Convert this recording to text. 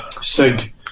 Sig